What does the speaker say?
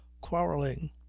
quarrelling